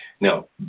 Now